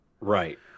Right